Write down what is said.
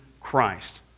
Christ